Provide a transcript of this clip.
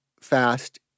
fast